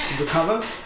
Recover